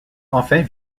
enfin